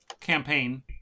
campaign